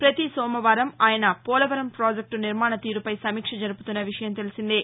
ప్రతి సోమవారం ఆయన పోలవరం ప్రాజెక్టు నిర్మాణ తీరుపై సమీక్ష జరుపుతున్న విషయం తెలిసిందే